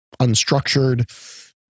unstructured